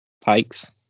Pikes